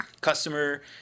customer